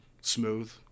smooth